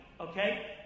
okay